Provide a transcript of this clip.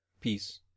peace